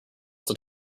than